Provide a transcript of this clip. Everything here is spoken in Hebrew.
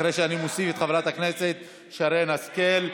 אחרי שאני מוסיף את חברת הכנסת שרן השכל.